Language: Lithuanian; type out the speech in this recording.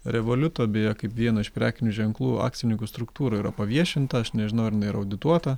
revoliuto beje kaip vieno iš prekinių ženklų akcininkų struktūra yra paviešinta aš nežinau ar jinai yra audituota